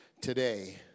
today